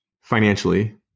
financially